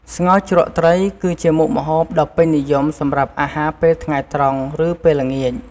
ស្ងោរជ្រក់ត្រី គឺជាមុខម្ហូបដ៏ពេញនិយមសម្រាប់អាហារពេលថ្ងៃត្រង់ ឬពេលល្ងាច។